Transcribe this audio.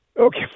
Okay